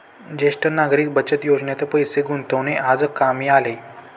ज्येष्ठ नागरिक बचत योजनेत पैसे गुंतवणे आज कामी आले